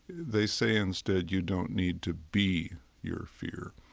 they say instead you don't need to be your fear.